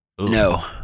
No